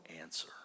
answer